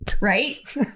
right